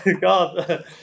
God